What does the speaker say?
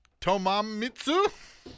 Tomamitsu